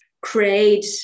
create